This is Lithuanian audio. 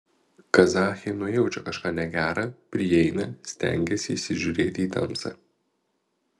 kazachė nujaučia kažką negera prieina stengiasi įsižiūrėti į tamsą